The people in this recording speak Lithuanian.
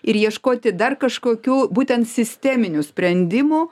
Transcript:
ir ieškoti dar kažkokių būtent sisteminių sprendimų